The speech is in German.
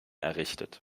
errichtet